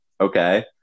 Okay